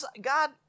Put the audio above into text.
God